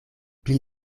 pli